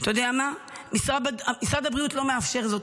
אתה יודע מה, משרד הבריאות לא מאפשר זאת.